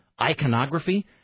iconography –